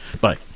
Bye